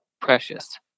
precious